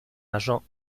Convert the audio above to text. agent